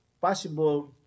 possible